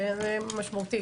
זה משמעותי.